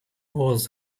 was